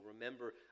Remember